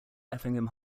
effingham